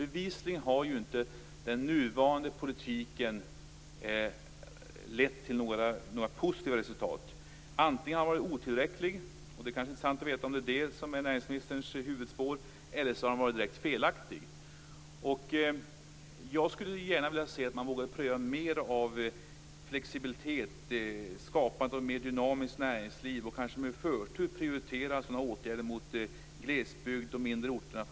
Den nuvarande politiken har bevisligen inte lett till några positiva resultat. Antingen har den varit otillräcklig - det kan vara intressant att veta om det är det som är näringsministerns huvudspår - eller så har den varit direkt felaktig. Jag skulle gärna se mer av flexibilitet, ett mer dynamiskt näringsliv och med förtur prioritera glesbygd och mindre orter.